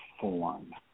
form